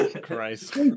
Christ